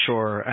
Sure